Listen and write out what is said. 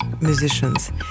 musicians